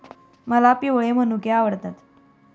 मला पिवळे मनुके आवडतात